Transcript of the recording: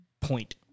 Point